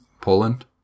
Poland